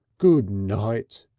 good night,